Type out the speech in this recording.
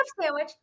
sandwich